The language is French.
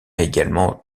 également